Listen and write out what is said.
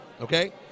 okay